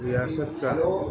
ریاست کا